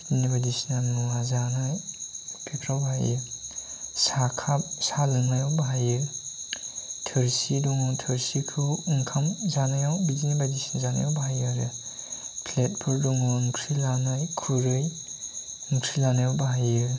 बेदिनो बायदिसिना मुवा जानाय बेफोराव बाहायो साहा काप साहा लोंनायाव बाहायो थोरसि दङ थोरसिखौ ओंखाम जानायाव बिदिनो बायदिसिना जानायाव बाहायो आरो प्लेटफोर दङ ओंख्रि लानाय खुरै ओंख्रि लानायाव बाहायो